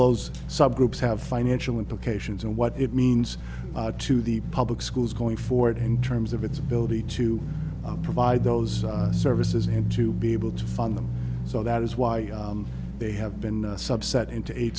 those subgroups have financial implications and what it means to the public schools going forward in terms of its ability to provide those services and to be able to fund them so that is why they have been subset into